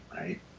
right